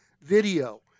video